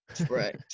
right